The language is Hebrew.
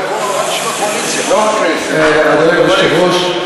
אדוני היושב-ראש,